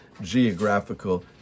geographical